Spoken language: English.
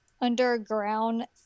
underground